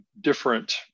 different